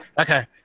Okay